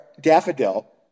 Daffodil